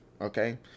okay